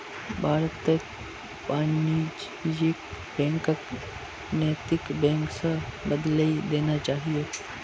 भारतत वाणिज्यिक बैंकक नैतिक बैंक स बदलइ देना चाहिए